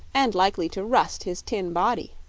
and likely to rust his tin body,